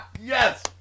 Yes